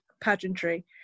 pageantry